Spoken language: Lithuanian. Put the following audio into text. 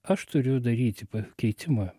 aš turiu daryti pakeitimą